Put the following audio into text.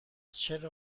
چرا